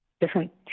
different